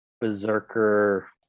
berserker